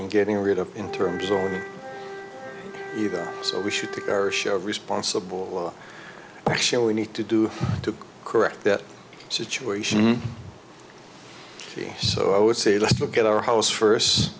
in getting rid of in terms of either so we should take our show responsible rochelle we need to do to correct that situation so i would say let's look at our house first